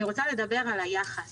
אני רוצה לדבר על היחס.